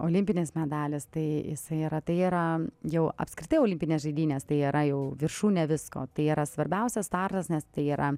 olimpinis medalis tai jisai yra tai yra jau apskritai olimpinės žaidynės tai yra jau viršūnė visko tai yra svarbiausias startas nes tai yra